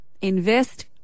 Invest